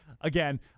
Again